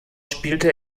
spielte